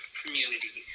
community